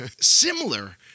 similar